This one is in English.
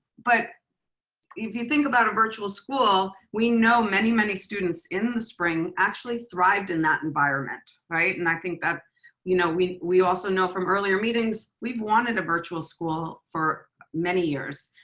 but if you think about a virtual school, we know many, many students in the spring actually thrived in that environment, right? and i think that you know we also know from earlier meetings, we've wanted a virtual school for many years.